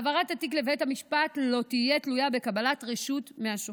העברת התיק לבית המשפט לא תהיה תלויה בקבלת רשות מהשופט.